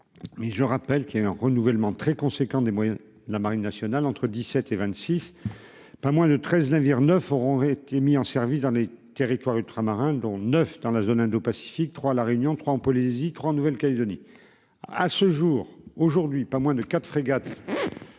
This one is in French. mais je rappelle qu'il y un renouvellement très conséquent des moyens, la marine nationale entre dix-sept et vingt-six, pas moins de 13 navires neufs auront été mis en service dans les territoires ultramarins dont 9 dans la zone indopacifique trois La Réunion, 3 en Polynésie 3 en Nouvelle-Calédonie, à ce jour, aujourd'hui pas moins de 4 frégates